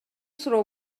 суроо